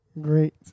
Great